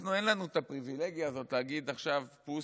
לנו אין את הפריבילגיה הזאת להגיד עכשיו: פוס,